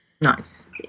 Nice